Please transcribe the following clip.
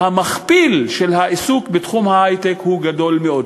והמכפיל של העיסוק בתחום ההיי-טק הוא גדול מאוד,